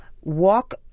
walk